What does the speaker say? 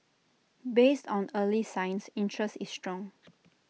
based on early signs interest is strong